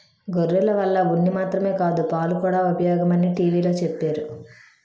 గొర్రెల వల్ల ఉన్ని మాత్రమే కాదు పాలుకూడా ఉపయోగమని టీ.వి లో చెప్పేరు